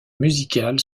musicale